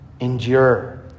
Endure